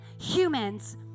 humans